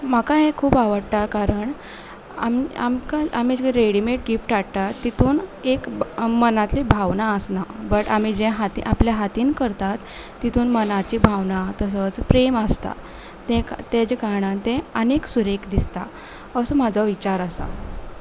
म्हाका हें खूब आवडटा कारण आम आमकां आमी जे रेडिमेड गिफ्ट हाडटा तातूंत एक मनांतली भावना आसना बट आमी जे हाता आपल्या हातान करतात तातूंत मनाची भावना तसोच प्रेम आसता तें ताचे कारणान तें आनीक सुरेख दिसता असो म्हजो विचार आसा